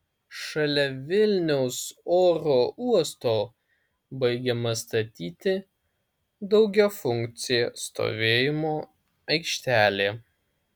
šalia vilniaus oro uosto baigiama statyti daugiafunkcė stovėjimo aikštelė